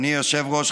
אדוני היושב-ראש,